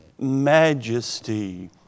Majesty